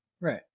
Right